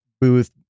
booth